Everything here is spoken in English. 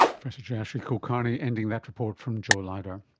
professor jayashri kulkarni ending that report from jo lauder